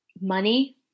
money